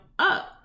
Up